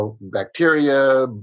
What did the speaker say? bacteria